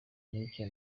n’icyo